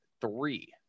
three